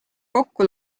kokku